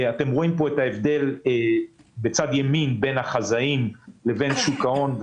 אתם רואים פה בצד ימין את ההבדל בין החזאים לבין שוק ההון.